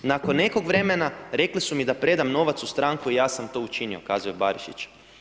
Nakon nekog vremena rekli su mi da predam novac u stranku i ja sam to učinio, kazao je Barišić.